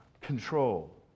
Control